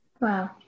Wow